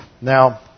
Now